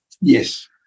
Yes